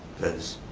because